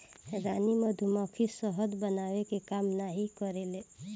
रानी मधुमक्खी शहद बनावे के काम नाही करेले